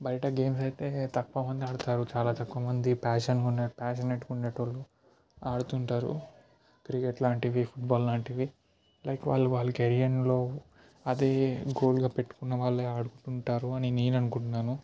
బయట గేమ్స్ అయితే తక్కువ మంది ఆడతారు చాలా తక్కువ మంది ప్యాషన్ ప్యాషనేట్ ఉండేటోళ్లు ఆడుతుంటారు క్రికెట్ లాంటివి ఫుట్బాల్ లాంటివి లైక్ వాళ్ళు వాళ్ల కెరియర్లో అదే గోల్గా పెట్టుకునే వాళ్ళు ఆడుతుంటారు అని నేను అనుకుంటున్నాను